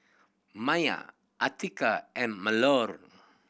Maya Atiqah and Melur